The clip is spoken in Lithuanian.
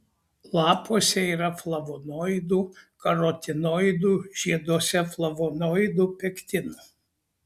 lapuose yra flavonoidų karotinoidų žieduose flavonoidų pektinų